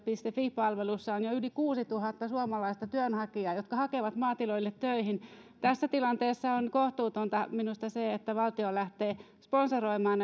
fi palvelussa on jo yli kuusituhatta suomalaista työnhakijaa jotka hakevat maatiloille töihin tässä tilanteessa on kohtuutonta minusta se että valtio lähtee sponsoroimaan